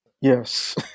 Yes